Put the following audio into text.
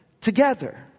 together